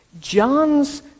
John's